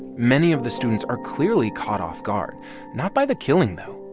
many of the students are clearly caught off guard not by the killing, though,